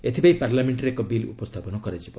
ଏଥିପାଇଁ ପାର୍ଲାମେଙ୍କରେ ଏକ ବିଲ୍ ଉପସ୍ଥାପନ କରାଯିବ